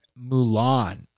Mulan